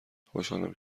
خوشحالم